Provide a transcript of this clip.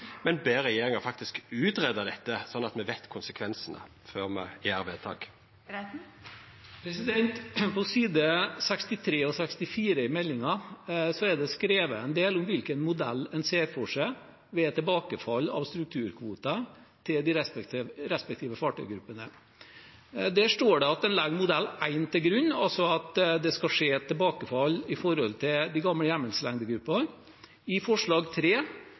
men ber regjeringa faktisk greia ut dette, sånn at me kjenner konsekvensane før me gjer vedtak? På side 63 og 64 i Meld. St. 32 for 2018–2019, Et kvotesystem for verdiskaping – En fremtidsrettet fiskerinæring, er det skrevet en del om hvilken modell en ser for seg ved tilbakefall av strukturkvoter til de respektive fartøygruppene. Der står det at en legger modell 1 til grunn, altså at det skal skje tilbakefall i forhold til de gamle hjemmelslengdegruppene. I forslag